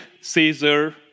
Caesar